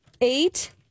eight